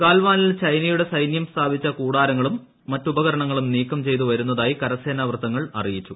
ഗാൽവാനിൽ ചൈനയുടെ സൈന്യം സ്ഥാപിച്ച കൂടാരങ്ങളും മറ്റുപകരണങ്ങളും നീക്കം ചെയ്ത് വരുന്നതായി കരസേനാ വൃത്തങ്ങൾ അറിയിച്ചു